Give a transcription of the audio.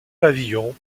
pavillons